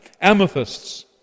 amethysts